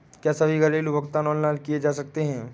क्या सभी घरेलू भुगतान ऑनलाइन किए जा सकते हैं?